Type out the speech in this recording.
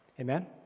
Amen